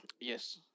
yes